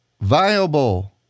viable